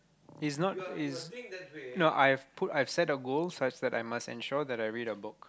it's not it's no I have put I have set a goal such that I must ensure that I read a book